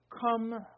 Come